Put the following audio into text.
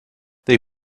they